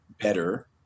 better